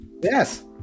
Yes